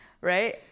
Right